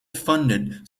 funded